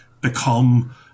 become